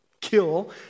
kill